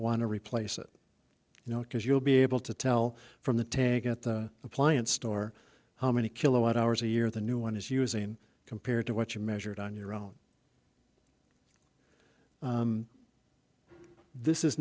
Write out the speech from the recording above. want to replace it you know because you'll be able to tell from the tank at the appliance store how many kilowatt hours a year the new one is using compared to what you measured on your own this is